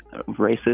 racist